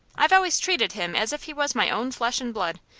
i've always treated him as if he was my own flesh and blood,